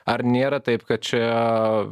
ar nėra taip kad čia